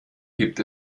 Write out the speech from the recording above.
gibt